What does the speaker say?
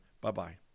Bye-bye